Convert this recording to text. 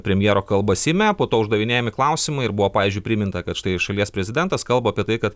premjero kalbą seime po to uždavinėjami klausimai ir buvo pavyzdžiui priminta kad štai šalies prezidentas kalba apie tai kad